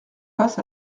face